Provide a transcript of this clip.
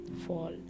fall